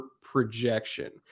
projection